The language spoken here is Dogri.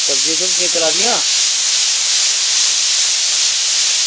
सब्ज़ियां केह् चला दियां